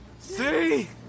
See